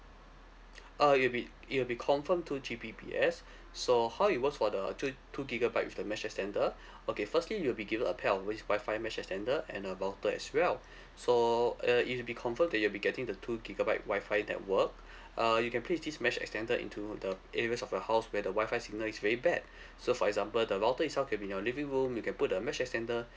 uh it'll be it'll be confirmed two G_B_P_S so how it works for the two two gigabyte with the mesh extender okay firstly you'll be given a pair of with wi-fi mesh extender and a router as well so uh it'll be confirmed that you'll be getting the two gigabyte wi-fi network uh you can place this mesh extender into the areas of your house where the wi-fi signal is very bad so for example the router itself can be in your living room you can put the mesh extender